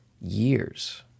years